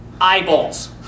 eyeballs